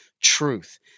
truth